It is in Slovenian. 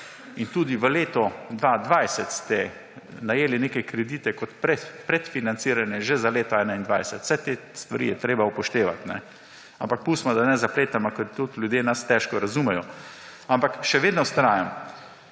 Tudi v letu 2020 ste najeli neke kredite kot predfinanciranje že za leto 2021. Vse te stvari je treba upoštevati, ampak pustimo, da ne zapletamo, ker tudi ljudje nas težko razumejo. Ampak še vedno vztrajam,